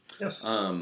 Yes